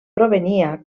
provenia